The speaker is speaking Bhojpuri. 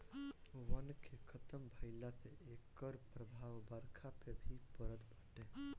वन के खतम भइला से एकर प्रभाव बरखा पे भी पड़त बाटे